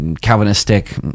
Calvinistic